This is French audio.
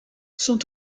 sont